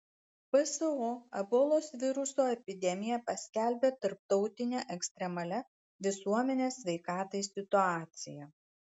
pso ebolos viruso epidemiją paskelbė tarptautine ekstremalia visuomenės sveikatai situacija